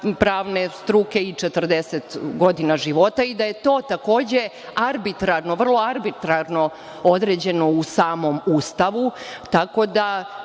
pravne struke i 40 godina života i da je to, takođe, vrlo arbitrarno određeno u samom Ustavu,